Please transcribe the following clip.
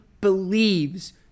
believes